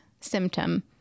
symptom